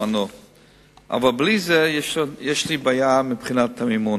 אבל בלי זה יש לי בעיה מבחינת המימון.